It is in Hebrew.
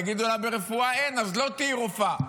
יגידו לה: ברפואה אין, אז לא תהיי רופאה.